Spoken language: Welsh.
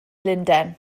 lundain